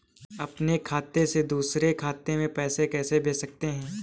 अपने खाते से दूसरे खाते में पैसे कैसे भेज सकते हैं?